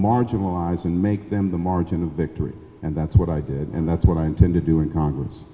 marginalized and make them the margin of victory and that's what i did and that's what i intend to do in congress